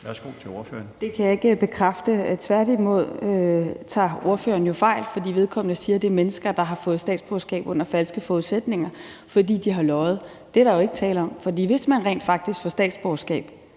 Zenia Stampe (RV): Det kan jeg ikke bekræfte. Tværtimod tager ordføreren jo fejl, for han siger, at det er mennesker, der har fået statsborgerskab under falske forudsætninger, fordi de har løjet. Det er der jo ikke tale om. For hvis man rent faktisk får statsborgerskab